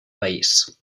país